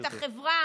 את החברה